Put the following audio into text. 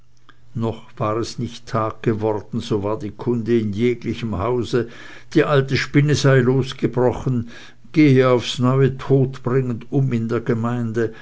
noch war es nicht tag geworden so war die kunde in jeglichem hause die alte spinne sei losgebrochen gehe aufs neue todbringend um in der gemeinde